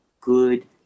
good